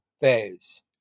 phase